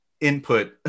input